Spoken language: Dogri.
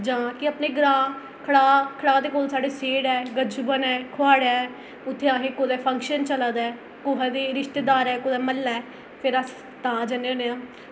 जां भी अपने ग्रां खड़ाह् खड़ाह् दे कोल साढ़े सेठ ऐ कच्छुबन ऐ फोआड़ ऐ उत्थै असें कुतै फंक्शन चलै दा ऐ कुसै दे रिश्तेदारें कुसै म्हल्लै फ्ही अस तां जन्ने होन्ने आं